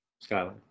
Skyline